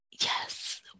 yes